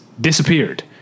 disappeared